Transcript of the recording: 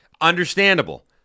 Understandable